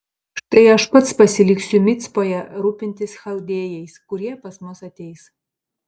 štai aš pats pasiliksiu micpoje rūpintis chaldėjais kurie pas mus ateis